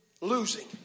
losing